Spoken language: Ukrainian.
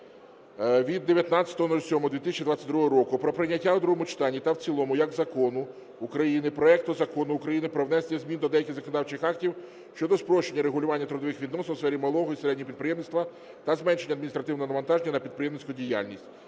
від 19.07.2022 року про прийняття у другому читанні та в цілому як закону України проекту Закону України "Про внесення змін до деяких законодавчих актів щодо спрощення регулювання трудових відносин у сфері малого і середнього підприємництва та зменшення адміністративного навантаження на підприємницьку діяльність"